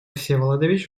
всеволодович